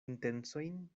intencojn